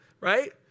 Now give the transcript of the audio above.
right